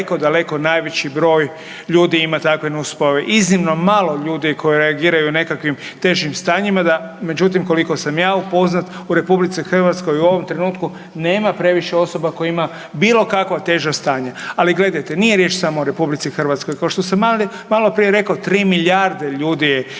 daleko, daleko najveći broj ljudi ima takve nus pojave. Iznimno malo je ljudi koji reagiraju nekakvim težim stanjima. Međutim, koliko sam ja upoznat, u RH u ovom trenutku nema previše osoba koje ima bilo kakva teža stanja. Ali gledajte, nije riječ samo o RH, košto sam maloprije rekao, 3 milijarde ljudi je